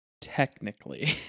Technically